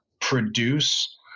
produce